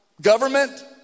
government